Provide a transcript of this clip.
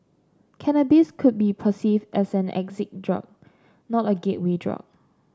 cannabis could be perceived as an exit drug not a gateway drug